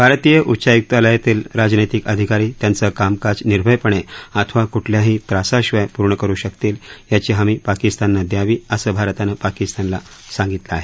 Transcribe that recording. भारतीय उच्चायुकालयातील राजनैतिक अधिकारी त्यांचं कामकाज निर्भयपणे अथवा कुठल्याही त्रासाशिवाय पूर्ण करु शकतील याची हमी पाकिस्ताननं द्यावी असं भारतानं पाकिस्तानला सांगितलं आहे